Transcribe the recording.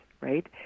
right